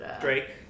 drake